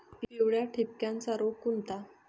पिवळ्या ठिपक्याचा रोग कोणता?